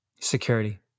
security